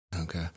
Okay